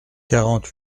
quarante